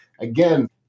Again